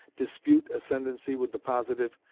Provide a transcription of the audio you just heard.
dispute ascendancy with the positive,